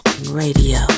radio